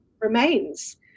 remains